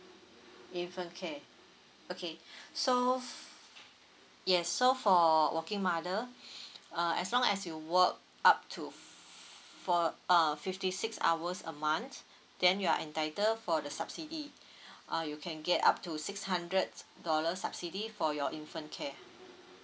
infant care okay so f~ yes so for working mother uh as long as you work up to four uh fifty six hours a month then you are entitled for the subsidy uh you can get up to six hundred dollars subsidy for your infant care